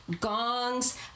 gongs